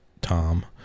Tom